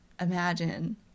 imagine